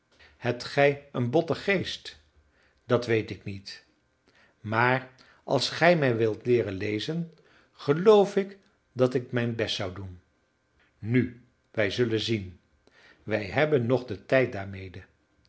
hebt gij een botten geest dat weet ik niet maar als gij mij wilt leeren lezen geloof ik dat ik mijn best zou doen nu wij zullen zien wij hebben nog den tijd daarmede